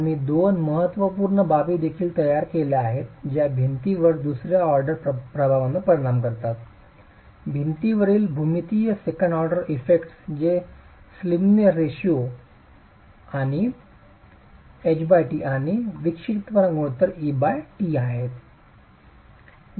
आम्ही दोन महत्त्वपूर्ण बाबी देखील तयार केल्या आहेत ज्या भिंतीवरील दुसर्या ऑर्डर प्रभावांवर परिणाम करतात भिंतीवरील भूमितीय सेकंड ऑर्डर इफेक्ट जे स्लिमनेर रेश्यो ht आणि विक्षिप्तपणा गुणोत्तर et आहेत